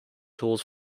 tools